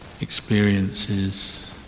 experiences